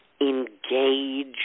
Engage